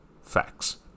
facts